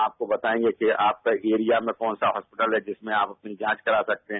आपको बताएंगे कि आपके एरिया में कौन सा हॉस्पिटल है जिसमें आप अपनी जांच करा सकते हैं